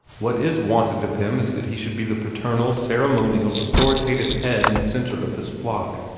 what is wanted of him is that he should be the paternal, ceremonial, authoritative head and centre of his flock,